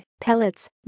pellets